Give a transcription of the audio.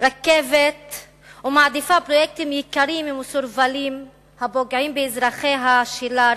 רכבת ומעדיפה פרויקטים יקרים ומסורבלים הפוגעים באזרחיה שלה,